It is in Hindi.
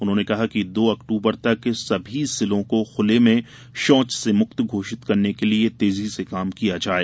उन्होंने कहा कि दो अक्टूबर तक सभी जिलों को खुले में शौच से मुक्त घोषित करने के लिये तेजी से काम करें